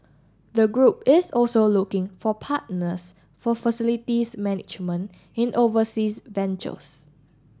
the group is also looking for partners for facilities management in overseas ventures